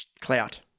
Clout